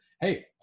hey